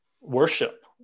worship